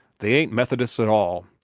they ain't methodists at all.